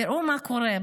תראו מה קורה,